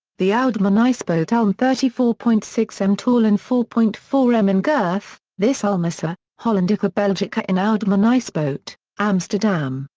the ah oudemanhuispoort elm. thirty four point six m tall and four point four m in girth, this ulmus x ah hollandica belgica in ah oudemanhuispoort, amsterdam,